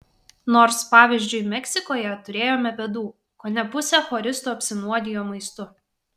nors pavyzdžiui meksikoje turėjome bėdų kone pusė choristų apsinuodijo maistu